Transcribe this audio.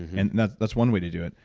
and and that's that's one way to do it.